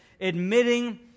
admitting